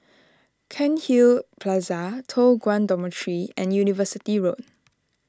Cairnhill Plaza Toh Guan Dormitory and University Road